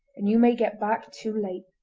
and you may get back too late